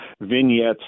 vignettes